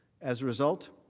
as a result,